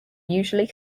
usually